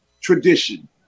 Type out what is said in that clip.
tradition